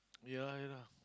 ya